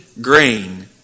grain